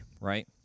right